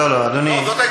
לא לא, אדוני.